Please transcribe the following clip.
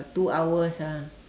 two hours ah